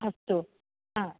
अस्तु